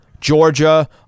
Georgia